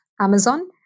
Amazon